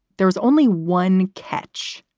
there was only one catch.